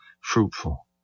fruitful